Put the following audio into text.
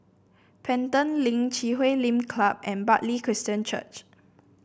Pelton Link Chui Huay Lim Club and Bartley Christian Church